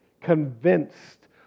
convinced